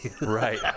right